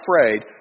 afraid